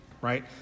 right